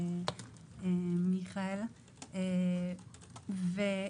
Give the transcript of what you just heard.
מיכאל ביטון.